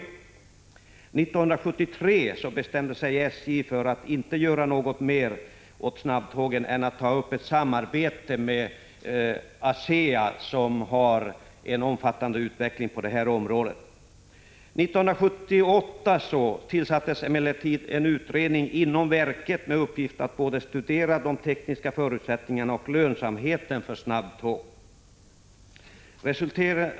1973 bestämde sig SJ för att inte göra något mer åt frågan om snabbtåg än att inleda ett samarbete med ASEA, som bedriver en omfattande utveckling på detta område. 1978 tillsattes emellertid en utredning inom verket med uppgift att studera både de tekniska förutsättningarna och lönsamheten för snabbtåg.